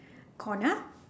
corner